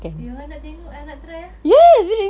eh orang nak tengok nak try ah